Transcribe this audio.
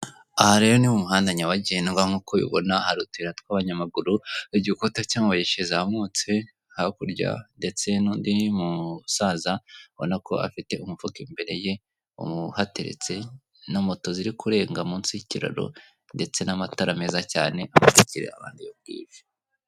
Aha rero ni mumuhanda nyabagendwa nk'uko ubibona hari utuyira tw'abanyamaguru igikuta cy'amabuye kizamutse hakurye ndetse n'undi n'umusaza ubona ko afite umufuka imbere ye uhateretse na moto ziri kurenga munsi y'ikiraro ndetse n'amatara meza cyane amurikira abantu ijo bwije.